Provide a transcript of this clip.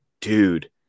dude